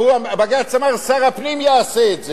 בג"ץ אמר: שר הפנים יעשה את זה.